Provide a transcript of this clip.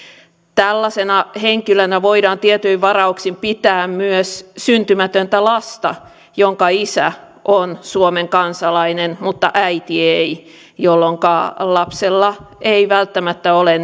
tällaisena henkilönä voidaan tietyin varauksin pitää myös syntymätöntä lasta jonka isä on suomen kansalainen mutta äiti ei jolloinka lapsella ei välttämättä ole